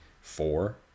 four